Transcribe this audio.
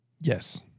Yes